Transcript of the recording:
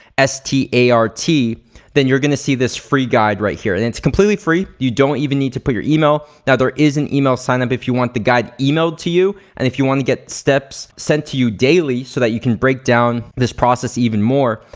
s t a r t then you're gonna see this free guide right here and it's completely free. you don't even need to put your email. now there is an email signup if you want the guide emailed to you and if you wanna get steps sent to you daily so that you can break down this process even more,